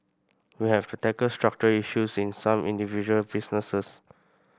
we have to tackle structural issues in some individual businesses